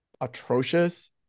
atrocious